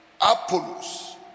apollos